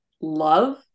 love